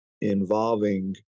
involving